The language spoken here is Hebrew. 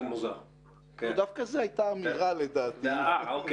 זה לא היה